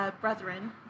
Brethren